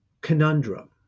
conundrum